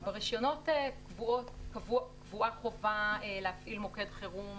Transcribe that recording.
ברישיון קבועה חובה להפעיל מוקד חירום